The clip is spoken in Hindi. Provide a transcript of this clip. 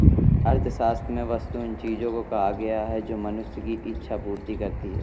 अर्थशास्त्र में वस्तु उन चीजों को कहा गया है जो मनुष्य की इक्षा पूर्ति करती हैं